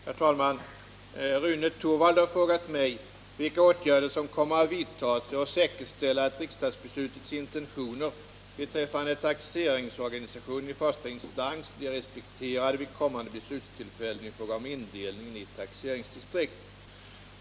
Herr talman! Rune Torwald har frågat mig vilka åtgärder som kommer att vidtas för att säkerställa att riksdagsbeslutets intentioner beträffande taxeringsorganisationen i första instans blir respekterade vid kommande beslutstillfällen i fråga om indelningen i taxeringsdistrikt.